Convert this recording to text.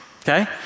okay